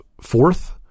fourth